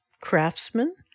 craftsman